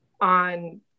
on